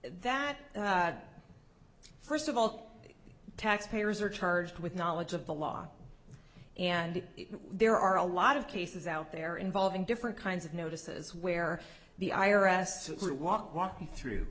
that first of all taxpayers are charged with knowledge of the law and there are a lot of cases out there involving different kinds of notices where the i r s simply walking through